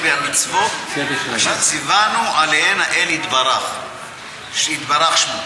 המצוות אשר ציוונו עליהן האל יתברך שמו.